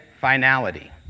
finality